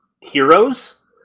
heroes